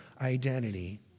identity